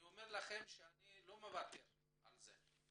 אני אומר לכם שאני לא אוותר על זה.